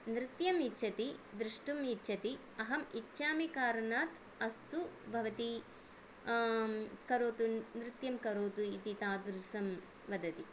नृत्यम् इच्छति द्रष्टुम् इच्छति अहं इच्छामि कारणात् अस्तु भवती करोतु नृत्यं करोतु इति तादृशं वदति